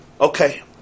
Okay